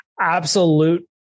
Absolute